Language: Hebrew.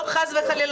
לא חס וחלילה,